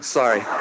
sorry